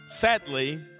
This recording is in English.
sadly